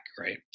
right